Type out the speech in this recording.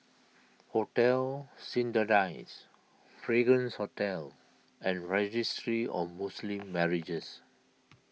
Hotel Citadines Fragrance Hotel and Registry of Muslim Marriages